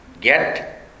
get